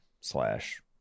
slash